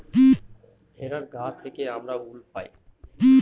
ভেড়ার গা থেকে আমরা উল পাই